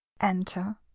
Enter